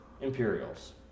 Imperials